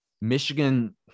Michigan